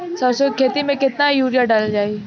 सरसों के खेती में केतना यूरिया डालल जाई?